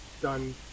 done